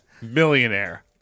Millionaire